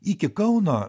iki kauno